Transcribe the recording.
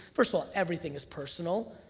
first of all, everything is personal,